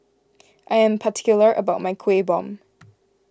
I am particular about my Kuih Bom